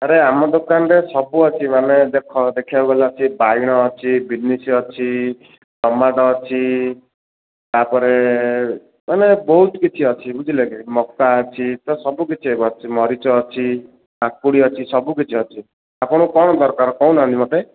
ଆମ ଦୋକାନରେ ସବୁ ଅଛି ମାନେ ଦେଖ ଦେଖିବାକୁ ଗଲେ ଅଛି ବାଇଗଣ ଅଛି ବିନ୍ସ୍ ଅଛି ଟମାଟୋ ଅଛି ତାପରେ ମାନେ ବହୁତ କିଛି ଅଛି ବୁଝିଲେ କି ମକା ଅଛି ତ ସବୁ କିଛି ମରିଚ ଅଛି କାକୁଡ଼ି ଅଛି ସବୁ କିଛି ଅଛି ଆପଣଙ୍କୁ କଣ ଦରକାର କହୁନାହାଁନ୍ତି ମୋତେ